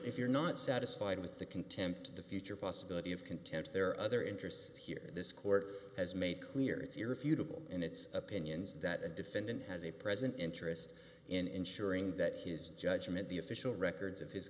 if you're not satisfied with the contempt the future possibility of contempt there are other interests here this court has made clear it's irrefutable in its opinions that a defendant has a present interest in ensuring that his judgment the official records of his